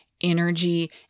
energy